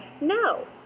no